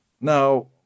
Now